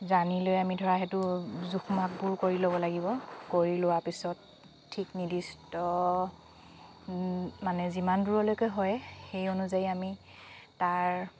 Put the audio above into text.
জানি লৈ আমি ধৰা সেইটো জোখ মাখবোৰ কৰি ল'ব লাগিব কৰি লোৱাৰ পিছত ঠিক নিৰ্দিষ্ট মানে যিমান দূৰলৈকে হয় সেই অনুযায়ী আমি তাৰ